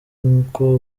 nuko